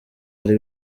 hari